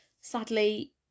Sadly